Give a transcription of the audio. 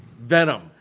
Venom